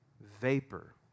vapor